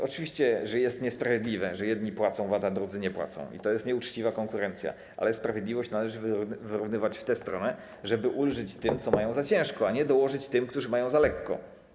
Oczywiście to jest niesprawiedliwe, że jedni płacą VAT, a drudzy go nie płacą, to jest nieuczciwa konkurencja, ale sprawiedliwość należy wyrównywać w tę stronę, żeby ulżyć tym, co mają za ciężko, a nie dołożyć tym, którzy mają za lekko.